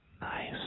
Nice